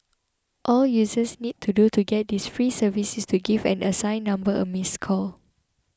all users need to do to get this free service is to give an assigned number a missed call